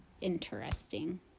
interesting